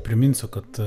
priminsiu kad